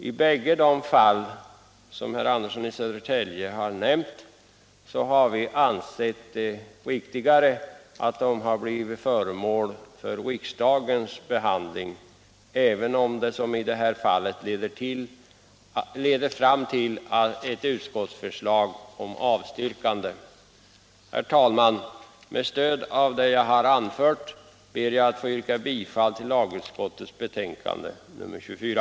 I bägge de fall som togs upp av herr Andersson i Södertälje har vi ansett det riktigare att låta propositionerna bli föremål för riksdagens behandling, även om det, som i detta fall, leder till ett utskottsförslag om avstyrkande. Herr talman! Med stöd av det anförda ber jag att få yrka bifall till lagutskottets hemställan i betänkandet nr 24.